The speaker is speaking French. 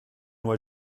loi